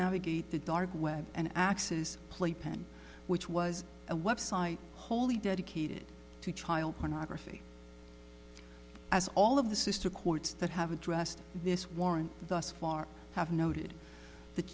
navigate the dark web and axes playpen which was a website wholly dedicated to child pornography as all of the sister courts that have addressed this warrant thus far have noted that